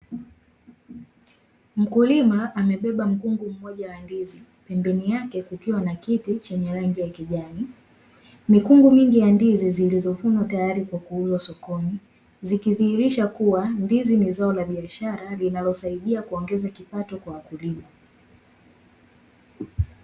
Mkulima amebeba mkungu mmoja wa ndizi, pembeni yake kukiwa na kiti chenye rangi ya kijani, mikungu mingi ya ndizi zilizovunwa tayari kwa kuuzwa sokonI, zikiziirisha kuwa ndizi ni zao la biashara linalosaidia kuongeza kipato kwa wakulima.